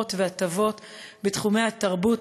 הנחות והטבות בתחומי התרבות,